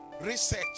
research